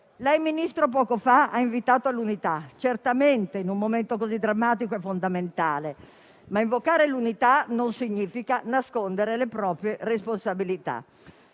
Ministro, lei poco fa ha invitato all'unità: certamente, in un momento così drammatico è fondamentale, ma invocare l'unità non significa nascondere le proprie responsabilità.